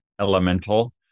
elemental